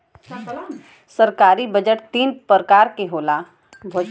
सरकारी बजट तीन परकार के होला